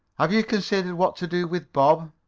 have you considered what to do with bob?